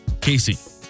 Casey